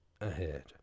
ahead